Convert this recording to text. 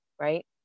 right